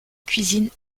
cuisine